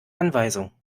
anweisung